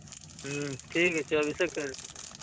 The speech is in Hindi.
ठीक है चौबीसे केरेट